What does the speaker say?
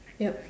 yup